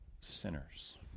sinners